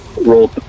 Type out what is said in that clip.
roll